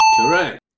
correct